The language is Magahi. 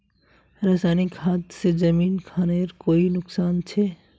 रासायनिक खाद से जमीन खानेर कोई नुकसान छे?